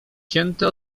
cięte